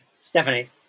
Stephanie